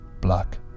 black